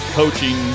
coaching